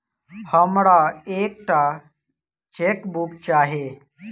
हमरा एक टा चेकबुक चाहि